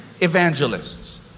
evangelists